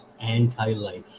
anti-life